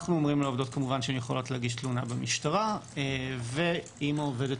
אנחנו כמובן אומרים לעובדות שהן יכולות להגיש תלונה משטרה ואם העובדת